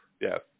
Yes